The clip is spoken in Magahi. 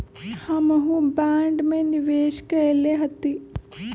हमहुँ बॉन्ड में निवेश कयले हती